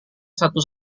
satu